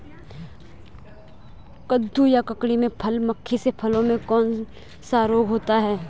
कद्दू या ककड़ी में फल मक्खी से फलों में कौन सा रोग होता है?